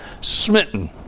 smitten